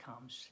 comes